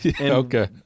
Okay